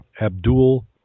Abdul